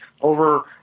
over